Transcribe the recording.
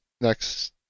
next